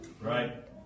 Right